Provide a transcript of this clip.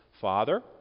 Father